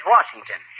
Washington